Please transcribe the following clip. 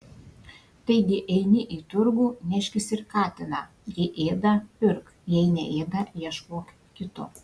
taigi eini į turgų neškis ir katiną jei ėda pirk jei neėda ieškok kito